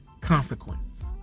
consequence